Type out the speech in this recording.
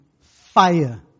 fire